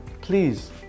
please